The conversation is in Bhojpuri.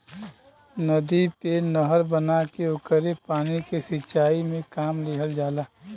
नदी पे नहर बना के ओकरे पानी के सिंचाई में काम लिहल जाला